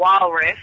walrus